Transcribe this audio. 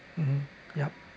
mmhmm yup